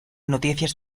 noticias